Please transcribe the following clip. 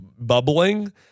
bubbling